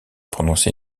prononcé